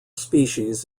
species